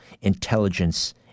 intelligence